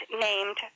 named